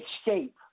Escape